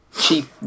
cheap